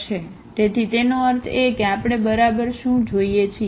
તેથી તેનો અર્થ એ કે આપણે બરાબર શું જોઈએ છીએ